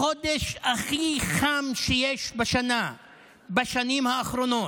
בחודש הכי חם שיש בשנה בשנים האחרונות,